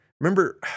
remember